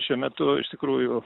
šiuo metu iš tikrųjų